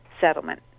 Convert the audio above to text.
settlement